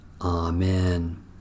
Amen